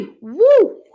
woo